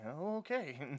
Okay